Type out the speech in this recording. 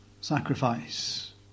sacrifice